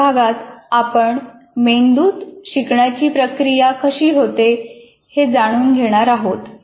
पुढच्या भागात आपण मेंदूत शिकण्याची प्रक्रिया कशी होते हे जाणून घेणार आहोत